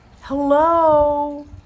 Hello